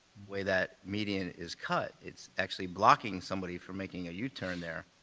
way that median is cut, it's actually blocking somebody from making a yeah u-turn there,